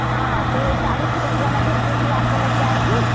हाँ तो यह चालीस रुपये में भिन्डी भी आपको लग जाएगी